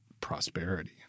prosperity